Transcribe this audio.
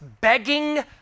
begging